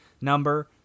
number